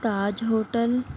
Taj hotel